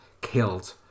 killed